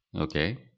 Okay